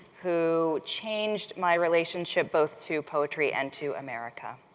who changed my relationship both to poetry and to america.